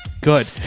good